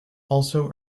also